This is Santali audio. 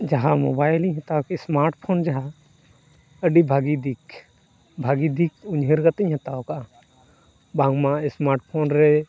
ᱡᱟᱦᱟᱸ ᱢᱳᱵᱟᱭᱤᱞ ᱤᱧ ᱦᱟᱛᱟᱣ ᱠᱮᱫ ᱥᱢᱟᱨᱴᱯᱷᱳᱱ ᱡᱟᱦᱟᱸ ᱟᱹᱰᱤ ᱵᱷᱟᱹᱜᱤ ᱫᱤᱠ ᱵᱷᱟᱹᱜᱤ ᱫᱤᱠ ᱩᱭᱦᱟᱹᱨ ᱠᱟᱛᱮᱧ ᱦᱟᱛᱟᱣ ᱟᱠᱟᱫᱼᱟ ᱵᱟᱝ ᱢᱟ ᱮᱥᱢᱟᱨᱴᱯᱷᱳᱱ ᱨᱮ